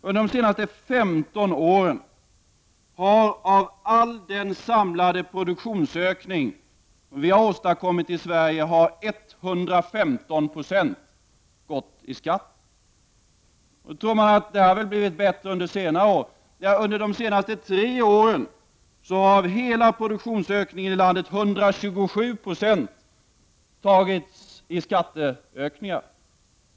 Under de senaste 15 åren har, av all den samlade produktionsökning som vi har åstadkommit i Sverige, 115 90 gått till skatt. Nu tror man kanske att förhållandet har blivit bättre under senare år. Men under de senaste tre åren har av all produktionsökning i landet hela 127 90 gått till skatteökningar.